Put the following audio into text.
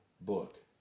book